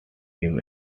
him